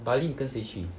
bali 你跟谁去